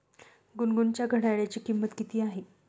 गुनगुनच्या घड्याळाची किंमत किती आहे?